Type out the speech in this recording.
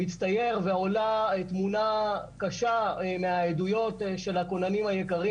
מצטייר ועולה תמונה קשה מהעדויות של הכוננים היקרים